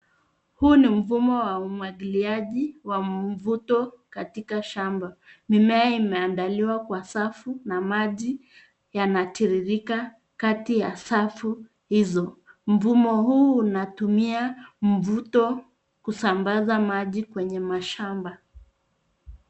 Huu ni mfumo wa umwagiliaji wa mvuto katika shamba mimea imeandaliwa kwa safu na maji yanatiririka kati ya safu hizo. Mfumo huu unatumia mvuto kusambaza maji kwenye mashamba.